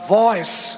voice